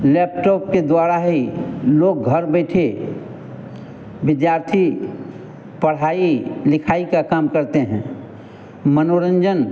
laptop के द्वारा ही लोग घर बैठे विद्यार्थी पढ़ाई लिखाई का काम करते हैं मनोरंजन